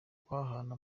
guhanahana